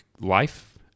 life